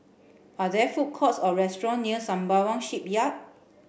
are there food courts or restaurants near Sembawang Shipyard